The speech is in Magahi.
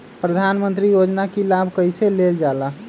प्रधानमंत्री योजना कि लाभ कइसे लेलजाला?